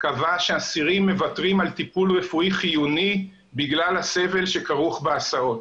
קבע שאסירים מוותרים על טיפול רפואי חיוני בגלל הסבל שכרוך בהסעות.